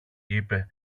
είπε